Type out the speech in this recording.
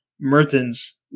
Mertens